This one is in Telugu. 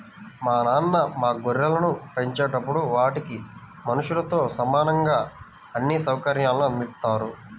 మా నాన్న మా గొర్రెలను పెంచేటప్పుడు వాటికి మనుషులతో సమానంగా అన్ని సౌకర్యాల్ని అందిత్తారు